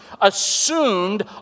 assumed